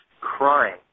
crying